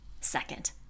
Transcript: Second